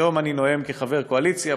היום אני נואם כחבר הקואליציה,